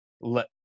let